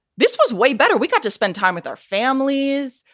this was way better. we got to spend time with our families.